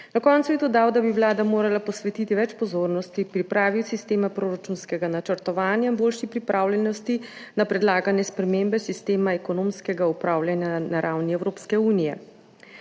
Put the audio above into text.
Na koncu je dodal, da bi Vlada morala posvetiti več pozornosti pripravi sistema proračunskega načrtovanja in boljši pripravljenosti na predlagane spremembe sistema ekonomskega upravljanja na ravni Evropske unije.